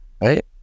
Right